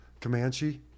Comanche